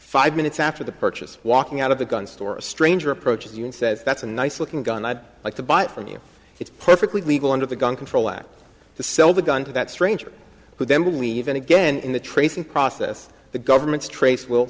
five minutes after the purchase walking out of the gun store a stranger approaches you and says that's a nice looking gun i'd like to buy it from you it's perfectly legal under the gun control act to sell the gun to that stranger who then will even again in the tracing process the government's trace will